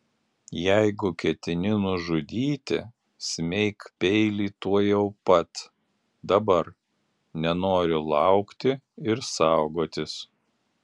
jeigu ketini nužudyti smeik peilį tuojau pat dabar nenoriu laukti ir saugotis